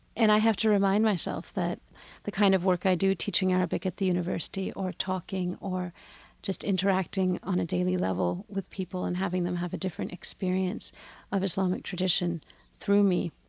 and i have to remind myself that the kind of work i do, teaching arabic at the university or talking or just interacting on a daily level with people and having them have a different experience of islamic tradition through me,